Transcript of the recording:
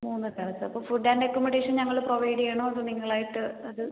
മൂന്ന് ദിവസം അപ്പോൾ ഫുഡ്ഡ് ആൻഡ് അക്കൊമഡേഷൻ ഞങ്ങൾ പ്രൊവൈഡ് ചെയ്യണോ അതോ നിങ്ങളായിട്ട് അത്